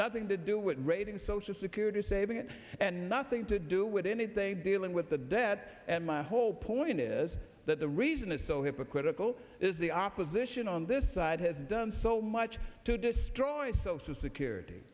nothing to do with raiding social security or saving it and nothing to do with any day dealing with the dead and my whole point is that the reason it's so hypocritical is the opposition on this side has done so much to destroy social security